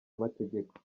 amategeko